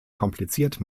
kompliziert